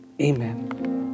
amen